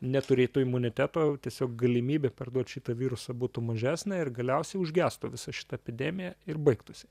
neturėtų imuniteto o tiesiog galimybė perduot šitą virusą būtų mažesnė ir galiausiai užgęstų visa šita epidemija ir baigtųsi